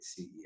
CEO